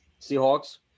Seahawks